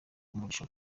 umugisha